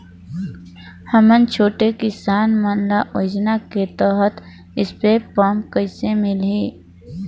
हमन छोटे किसान मन ल योजना के तहत स्प्रे पम्प कइसे मिलही?